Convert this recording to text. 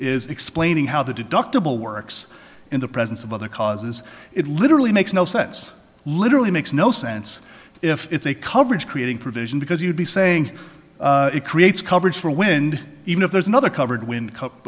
is explaining how the deductible works in the presence of other causes it literally makes no sense literally makes no sense if it's a coverage creating provision because you'd be saying it creates coverage for wind even if there's another covered